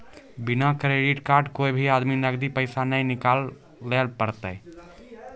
बिना debit card से कोय भी आदमी नगदी पैसा नाय निकालैल पारतै